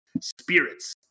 spirits